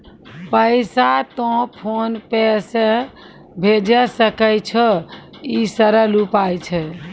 पैसा तोय PhonePe से भैजै सकै छौ? ई सरल उपाय छै?